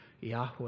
Yahweh